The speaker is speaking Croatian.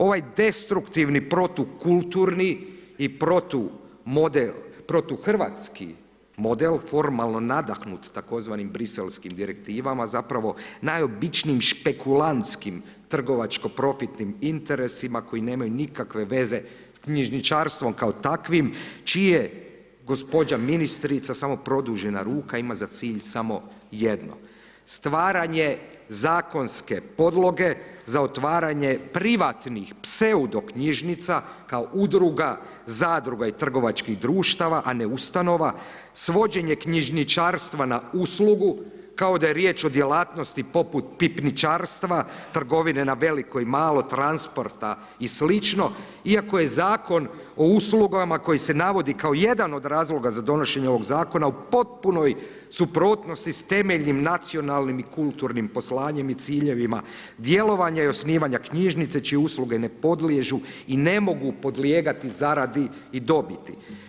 Ovaj destruktivni protukulturni i protuhrvatski model formalno nadahnut tzv. briselskim direktivama zapravo najobičnijim špekulantskim trgovačkom profitnim interesima koji nemaju nikakve veze s knjižničarstvom kao takvim, čije gospođa ministrica samo produžena ruka ima za cilj samo jedno, stvaranje zakonske podloge za otvaranje privatnih pseudo knjižnica kao udruga, zadruga i trgovačkih društava, a ne ustanova, svođenje knjižničarstva na uslugu kao da je riječ o djelatnosti poput pipničarstva, trgovine na veliko i malo, transporta i slično, iako je zakon o uslugama koje se navodi kao jedan od razloga za donošenje ovog zakona u potpunoj suprotnosti s temeljnim, nacionalnim i kulturnim poslanjem i ciljevima djelovanja i osnivanja knjižnica čije usluge ne podliježu i ne mogu podlijegati zaradi i dobiti.